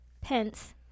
pence